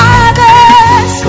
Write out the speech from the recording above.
others